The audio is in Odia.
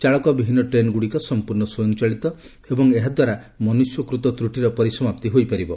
ଚାଳକ ବିହୀନ ଟ୍ରେନ୍ଗୁଡ଼ିକ ସମ୍ପୂର୍ଣ୍ଣ ସ୍ୱୟଂଚାଳିତ ଏବଂ ଏହାଦ୍ୱାରା ମନୁଷ୍ୟକୃତ ତ୍ରୁଟିର ପରିସମାପ୍ତି ହୋଇପାରିବ